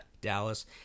Dallas